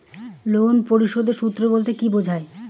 Loan পরিশোধের সূএ বলতে কি বোঝায়?